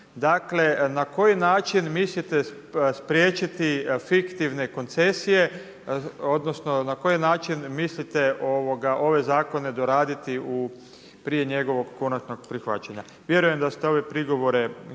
Dakle na koji način mislite spriječiti fiktivne koncesije odnosno na koji način mislite ove zakone doraditi prije njegovog konačnog prihvaćanja? Vjerujem da ste ove prigovore